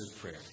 prayer